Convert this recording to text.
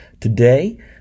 Today